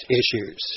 issues